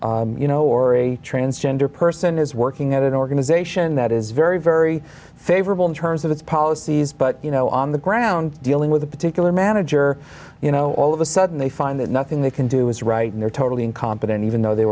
people you know or a transgender person is working at an organization that is very very favorable in terms of its policies but you know on the ground dealing with a particular manager you know all of a sudden they find that nothing they can do is right and they're totally incompetent even though they